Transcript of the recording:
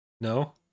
No